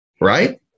right